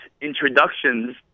introductions